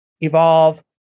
evolve